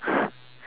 but